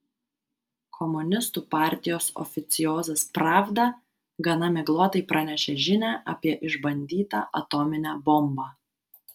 komunistų partijos oficiozas pravda gana miglotai pranešė žinią apie išbandytą atominę bombą